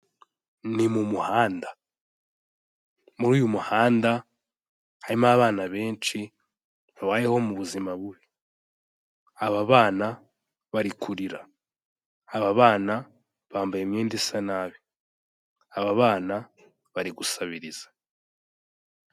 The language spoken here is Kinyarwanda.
Ni mu muhanda muri uyu muhanda harimo abana benshi babayeho mu buzima bubi, aba bana bari kurira, bambaye imyenda isa nabi, aba bana bari gusabiriza.